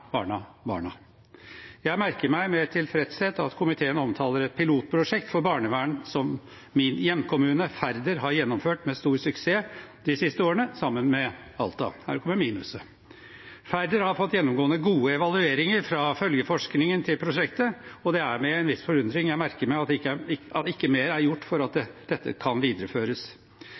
barna, barna. Jeg merker meg med tilfredshet at komiteen omtaler et pilotprosjekt for barnevern som min hjemkommune, Færder, har gjennomført med stor suksess de siste årene, sammen med Alta. Her kommer minuset: Færder har fått gjennomgående gode evalueringer fra følgeforskningen til prosjektet, og det er med en viss forundring jeg merker meg at ikke mer er gjort for at dette kan videreføres.